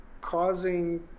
causing